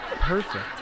Perfect